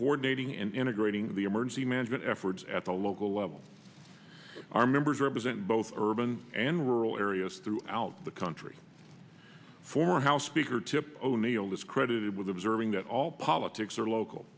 coordinating and integrating the emergency management efforts at the local level our members represent both urban and rural areas throughout the country former house speaker tip o'neill is credited with observing that all politics are local